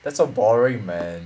that's so boring man